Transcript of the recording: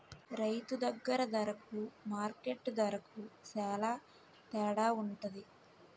రైతు దగ్గర దరకు మార్కెట్టు దరకు సేల తేడవుంటది